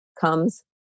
comes